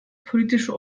politische